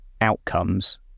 outcomes